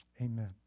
amen